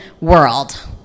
world